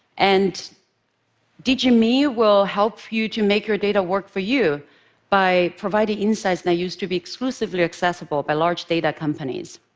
and digi me will help you to make your data work for you by providing insights that used to be exclusively accessible by large data companies.